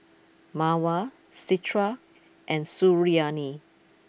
Mawar Citra and Suriani